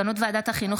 על מסקנות ועדת החינוך,